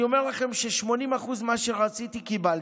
אני אומר לכם ש-80% ממה שרציתי קיבלתי,